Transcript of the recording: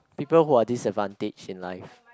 people who are disadvantage in life